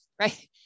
right